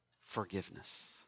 forgiveness